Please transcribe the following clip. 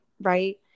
Right